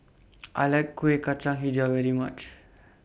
I like Kueh Kacang Hijau very much